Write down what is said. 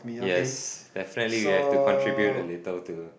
yes definitely you have to contribute a little to